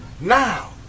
Now